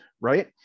right